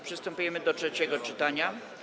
Przystępujemy do trzeciego czytania.